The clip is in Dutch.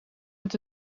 met